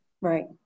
Right